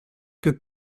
que